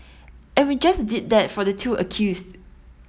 and we just did that for the two accused